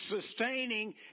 sustaining